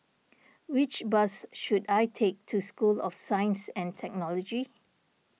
which bus should I take to School of Science and Technology